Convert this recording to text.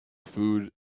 food